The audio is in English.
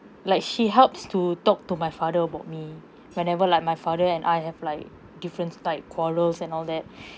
like she helps to talk to my father about me whenever like my father and I have like difference like quarrels and all that